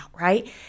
right